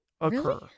occur